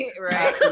right